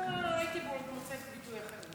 אה, הייתי מוצאת ביטוי אחר.